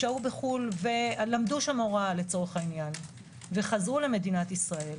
שהו בחו"ל ולמדו שם הוראה וחזרו למדינת ישראל